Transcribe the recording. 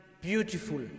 beautiful